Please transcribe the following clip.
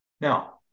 Now